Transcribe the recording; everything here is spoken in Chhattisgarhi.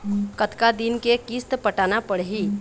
कतका दिन के किस्त पटाना पड़ही?